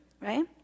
right